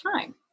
time